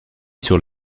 sur